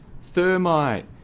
Thermite